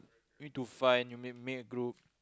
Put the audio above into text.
need to find you make make a group